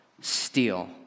steal